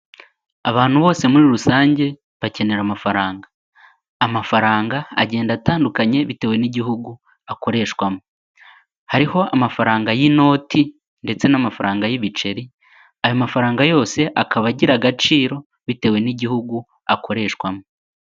Abantu bose muri rusange bakenera amafaranga, amafaranga agenda atandukanye bitewe n'igihugu akoreshwamo, hariho amafaranga y'inoti ndetse n'amafaranga y'ibiceri, ayo mafaranga yose akaba agira agaciro bitewe n'igihugu akoreshwamo.